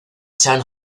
chan